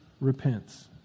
repents